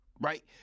right